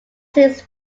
since